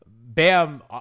bam